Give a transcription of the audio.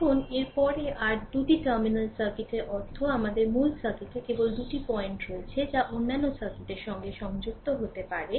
এখন এর পরে আর দুটি টার্মিনাল সার্কিটের অর্থ আমাদের মূল সার্কিটের কেবল দুটি পয়েন্ট রয়েছে যা অন্যান্য সার্কিটের সাথে সংযুক্ত হতে পারে